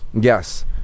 yes